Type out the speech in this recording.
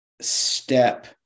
step